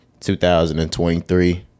2023